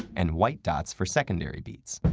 and white dots for secondary beats.